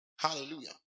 Hallelujah